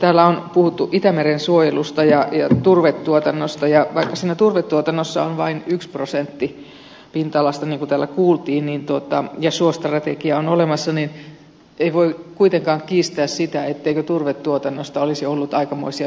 täällä on puhuttu itämeren suojelusta ja turvetuotannosta ja vaikka siinä turvetuotannossa on vain prosentti pinta alasta niin kuin täällä kuultiin ja suostrategia on olemassa niin ei voi kuitenkaan kiistää sitä ettei turvetuotannosta olisi ollut aikamoisia ympäristöhaittoja